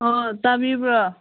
ꯑꯣ ꯇꯥꯕꯤꯕ꯭ꯔꯣ